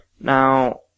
Now